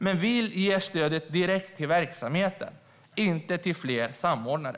Men vi ger stödet direkt till verksamheten, inte till fler samordnare.